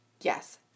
Yes